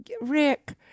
Rick